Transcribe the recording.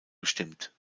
bestimmt